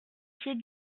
pieds